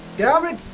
government,